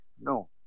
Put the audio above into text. no